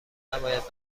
نباید